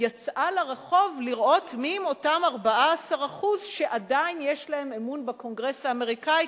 יצאה לרחוב לראות מיהם אותם 14% שעדיין יש להם אמון בקונגרס האמריקני,